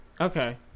Okay